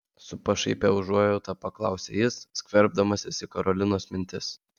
su pašaipia užuojauta paklausė jis skverbdamasis į karolinos mintis